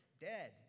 dead